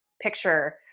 picture